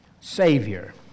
Savior